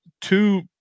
two